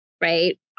right